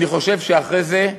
אני חושב שאחרי זה,